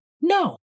No